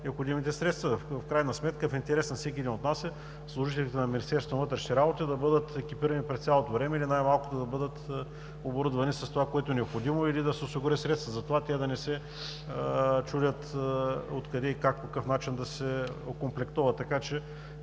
необходимите средства. В крайна сметка в интерес на всеки един от нас е служителите на Министерството на вътрешните работи да бъдат екипирани през цялото време или най-малкото да бъдат оборудвани с това, което е необходимо, или да се осигурят средства за това те да не се чудят откъде, как и по какъв начин да се окомплектоват. Така че,